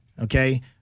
Okay